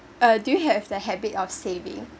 uh do you have the habit of saving